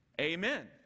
amen